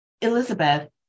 Elizabeth